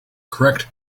correct